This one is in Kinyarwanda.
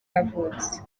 yavutse